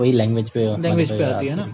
language